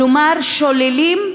כלומר, שוללים,